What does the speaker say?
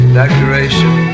decoration